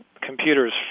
computers